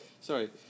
Sorry